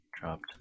dropped